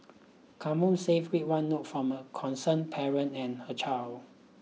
come home safe read one note from a concerned parent and her child